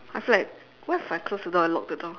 I feel like what if I close the door and lock the door